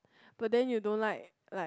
but then you don't like like